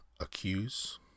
Accuse